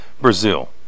Brazil